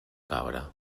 cabra